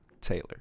Taylor